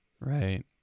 Right